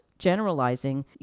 generalizing